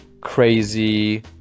crazy